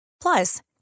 Plus